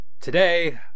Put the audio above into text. today